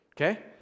Okay